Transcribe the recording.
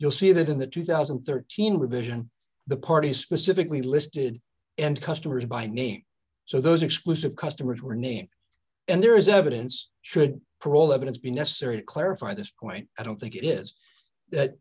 you'll see that in the two thousand and thirteen revision the parties specifically listed end customers by name so those exclusive customers were name and there is evidence should for all evidence be necessary to clarify this point i don't think it is that